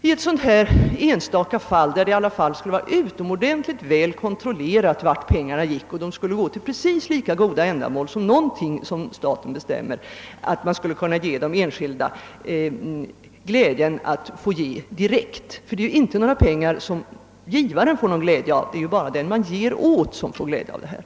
I ett sådant enstaka fall, där det skulle vara utomordentligt väl kontrollerat vart pengarna ginge och att de skulle gå till precis lika goda ändamål som någonting som staten bestämmer, skulle man kanske kunna ge de enskilda glädjen att få lämna sina bidrag direkt — givaren får ju inte någon glädje av pengarna, utan det är bara den man ger åt som får glädje av gåvorna.